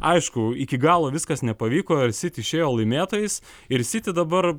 aišku iki galo viskas nepavyko ir siti išėjo laimėtojais ir siti dabar